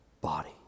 body